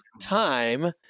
time